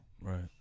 Right